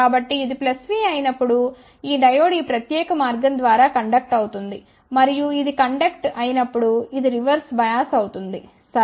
కాబట్టి ఇది V అయినప్పుడు ఈ డయోడ్ ఈ ప్రత్యేక మార్గం ద్వారా కండక్ట్ అవుతుంది మరియు ఇది కండక్ట్ అయినప్పుడు ఇది రివర్స్ బయాస్ అవుతుంది సరే